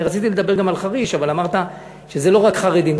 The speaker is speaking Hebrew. אני רציתי לדבר גם על חריש אבל אמרת שזה לא רק חרדים.